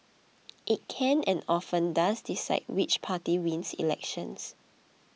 it can and often does decide which party wins elections